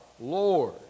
Lord